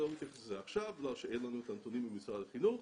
אני לא מתייחס לזה עכשיו בגלל שאין לנו את הנתונים ממשרד החינוך,